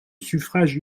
suffrage